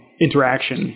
interaction